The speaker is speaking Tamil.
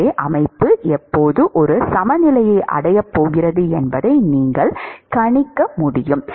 எனவே அமைப்பு எப்போது ஒரு சமநிலையை அடையப் போகிறது என்பதை நீங்கள் கணிக்க முடியும்